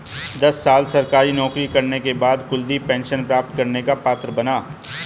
दस साल सरकारी नौकरी करने के बाद कुलदीप पेंशन प्राप्त करने का पात्र बना